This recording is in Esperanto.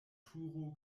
turo